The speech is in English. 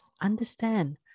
understand